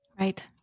Right